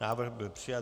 Návrh byl přijat.